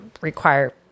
require